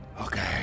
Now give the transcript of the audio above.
okay